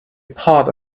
part